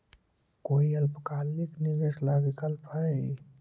कोई अल्पकालिक निवेश ला विकल्प हई?